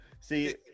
See